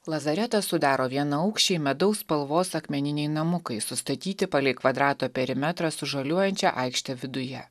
lazaretą sudaro vienaukščiai medaus spalvos akmeniniai namukai sustatyti palei kvadrato perimetrą su žaliuojančia aikšte viduje